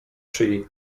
szyi